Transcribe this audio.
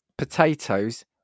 potatoes